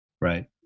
Right